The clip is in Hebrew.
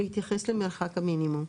להתייחס למרחק המינימום,